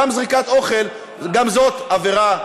זריקת אוכל היא גם עבירה,